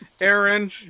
Aaron